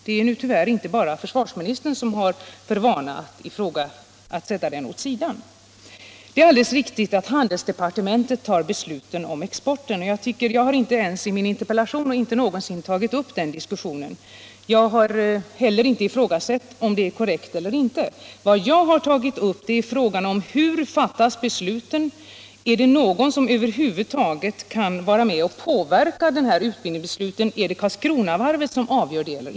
Det är alldeles riktigt att handelsdepartementet fattar beslut om exporten. Men jag har inte i min interpellation — eller någonsin f.ö. — tagit upp den diskussionen, lika litet som jag har ifrågasatt om det är korrekt eller inte. Vad jag har tagit upp är: Hur fattas besluten? Är det någon som över huvud taget kan vara med och påverka utbildningsbesluten? Är det Karlskronavarvet som avgör i sådana fall?